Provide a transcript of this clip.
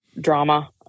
drama